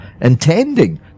intending